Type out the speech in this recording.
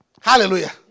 Hallelujah